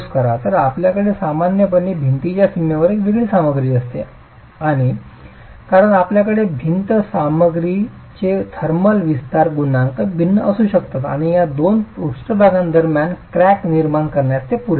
तर आपल्याकडे सामान्यपणे भिंतीच्या सीमेवर एक वेगळी सामग्री असते आणि कारण आपल्याकडे भिन्न सामग्रीचे थर्मल विस्तार गुणांक भिन्न असू शकतात आणि या दोन पृष्ठभागांदरम्यान क्रॅक निर्माण करण्यास ते पुरेसे आहे